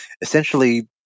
essentially